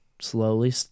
slowly